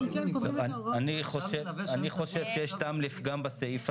צריך להעיר לעניין הזה לגבי שנות